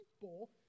people